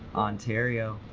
ontario.